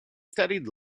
studied